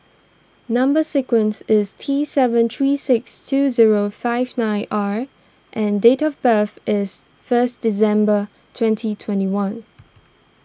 Number Sequence is T seven three six two zero five nine R and date of birth is first December twenty twenty one